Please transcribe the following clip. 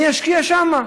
אני אשקיע שם.